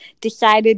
decided